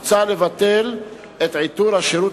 מוצע לבטל את עיטור השירות,